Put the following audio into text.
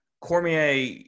Cormier